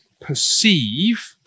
perceive